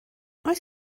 oes